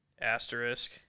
Asterisk